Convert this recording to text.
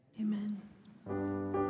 Amen